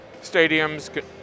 stadiums